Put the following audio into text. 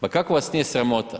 Ma kako vas nije sramota?